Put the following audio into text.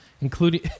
including